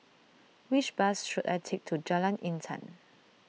which bus should I take to Jalan Intan